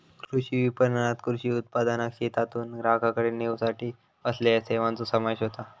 कृषी विपणणात कृषी उत्पादनाक शेतातून ग्राहकाकडे नेवसाठी असलेल्या सेवांचो समावेश होता